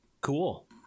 Cool